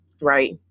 right